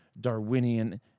Darwinian